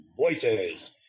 VOICES